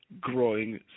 growing